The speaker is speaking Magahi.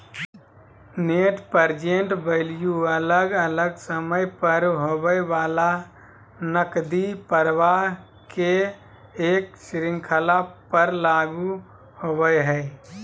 नेट प्रेजेंट वैल्यू अलग अलग समय पर होवय वला नकदी प्रवाह के एक श्रृंखला पर लागू होवय हई